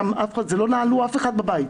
לא נעלו אף אחד בבית.